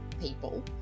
people